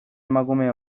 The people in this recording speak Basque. emakume